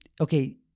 okay